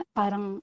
parang